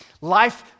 life